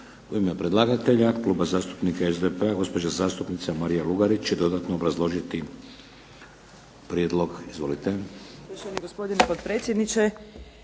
U ime predlagatelj Kluba zastupnika SDP-a, gospođa zastupnica Marija Lugarić će dodatno obrazložiti prijedlog. Izvolite.